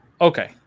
Okay